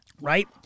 Right